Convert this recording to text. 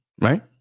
right